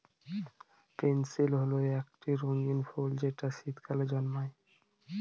pansy হল একটি রঙ্গীন ফুল যেটা শীতকালে জন্মায়